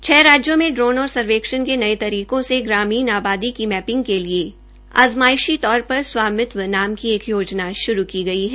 छ राज्यों में ड्रोन और सर्वेक्षण के नये तरीकों से ग्रामीण आबादी की मैपिंग के लिए आज़मायशी तौर पर स्वामित्व नाम की एक योजना श्रू की गई है